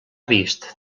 vist